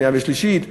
שנייה ושלישית,